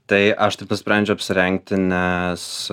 tai aš taip nusprendžiau apsirengti nes